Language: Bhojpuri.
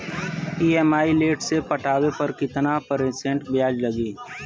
ई.एम.आई लेट से पटावे पर कितना परसेंट ब्याज लगी?